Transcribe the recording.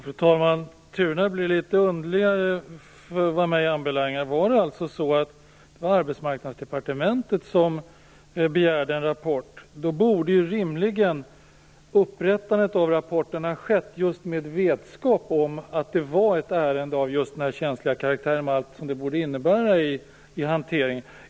Fru talman! Turerna är lite underliga enligt min uppfattning. Var det alltså Arbetsmarknadsdepartementet som begärde en rapport? Då borde rimligen upprättandet av rapporten ha skett med vetskap om att det var ett ärende av den här känsliga karaktären, med allt som det borde innebära för hanteringen.